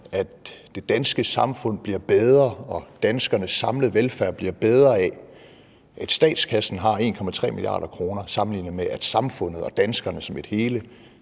at det danske samfund og danskernes samlede velfærd bliver bedre af, at statskassen har 1,3 mia. kr., sammenlignet med, at samfundet og danskerne som et hele